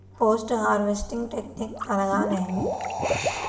Post harvesting technique అనగా నేమి?